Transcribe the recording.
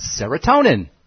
serotonin